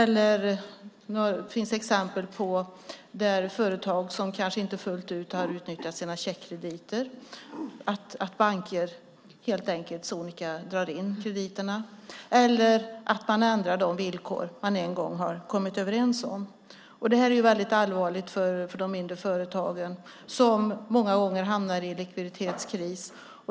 Det finns exempel på banker som helt sonika drar in krediterna för företag som kanske inte fullt ut har utnyttjat sina checkkrediter eller att man ändrar de villkor som man en gång har kommit överens om. Det är väldigt allvarligt för de mindre företagen, som många gånger hamnar i likviditetskris.